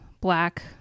black